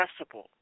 accessible